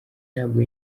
ntabwo